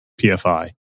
PFI